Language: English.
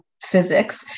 physics